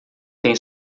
tem